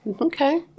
Okay